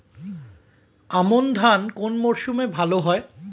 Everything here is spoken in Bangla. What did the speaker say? আমন ধান কোন মরশুমে ভাল হয়?